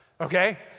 Okay